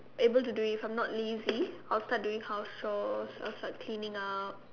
able to do if I'm not lazy I'll start doing house chores I'll start cleaning up